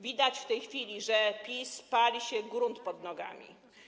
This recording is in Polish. Widać w tej chwili, że PiS-owi pali się grunt pod nogami.